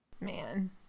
man